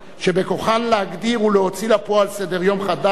שבכוחן להגדיר ולהוציא לפועל סדר-יום חדש,